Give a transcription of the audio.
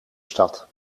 stad